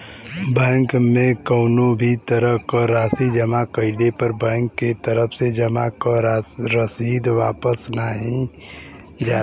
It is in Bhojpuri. बैंक में कउनो भी तरह क राशि जमा कइले पर बैंक के तरफ से जमा क रसीद वापस दिहल जाला